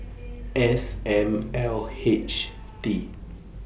S M L H T